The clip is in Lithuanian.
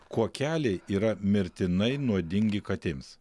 kuokeliai yra mirtinai nuodingi katėms